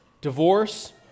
divorce